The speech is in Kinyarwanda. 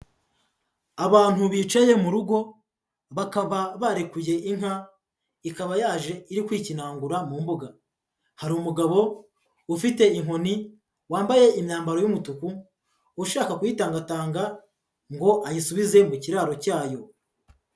Abantu bicaye mu rugo bakaba barekuye inka ikaba yaje iri kwikinangura mu mbuga, hari umugabo ufite inkoni wambaye imyambaro y'umutuku ushaka kuyitangatanga ngo ayisubize mu kiraro cyayo.